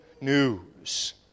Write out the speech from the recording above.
news